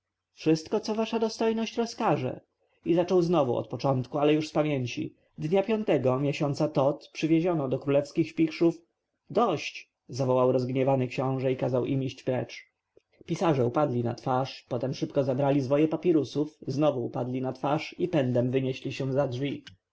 wszystko co wasza dostojność rozkaże i zaczął znowu od początku ale już z pamięci dy piątego miesiąca tot przywieziono do królewskich śpichrzów dość zawołał rozgniewany książę i kazał im iść precz pisarze upadli na twarz potem szybko zabrali zwoje papirusów znowu upadli na twarz i pędem wynieśli się za drzwi